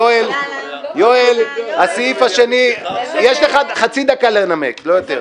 יואל, יש לך חצי דקה לנמק, לא יותר.